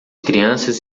crianças